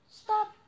stop